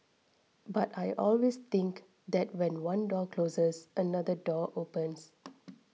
but I always think that when one door closes another door opens